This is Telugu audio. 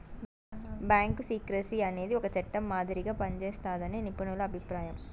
బ్యాంకు సీక్రెసీ అనేది ఒక చట్టం మాదిరిగా పనిజేస్తాదని నిపుణుల అభిప్రాయం